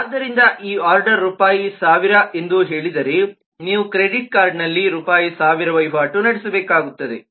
ಆದ್ದರಿಂದ ಈ ಆರ್ಡರ್ ರೂಪಾಯಿ 1000 ಎಂದು ಹೇಳಿದರೆ ನೀವು ಕ್ರೆಡಿಟ್ ಕಾರ್ಡ್ನಲ್ಲಿ ರೂಪಾಯಿ 1000 ವಹಿವಾಟು ನಡೆಸಬೇಕಾಗುತ್ತದೆ